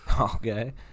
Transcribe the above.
Okay